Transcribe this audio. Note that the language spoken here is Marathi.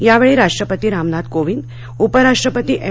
यावेळी राष्ट्रपती रामनाथ कोविंद उपराष्ट्रपती एम